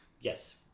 Yes